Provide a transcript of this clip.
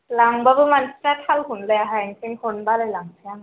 लांबाबो मानसिफ्रा थालखौनो लायाहाय बेनिखायनो हरनो बालायलांसै आङो